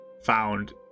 found